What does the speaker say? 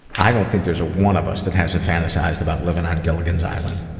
i don't think there's a one of us that hasn't fantasized about living on gilligan's island.